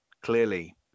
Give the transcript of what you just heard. clearly